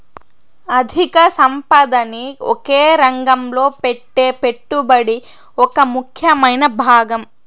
అధిక సంపదని ఒకే రంగంలో పెట్టే పెట్టుబడి ఒక ముఖ్యమైన భాగం